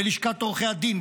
בלשכת עורכי הדין,